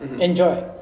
enjoy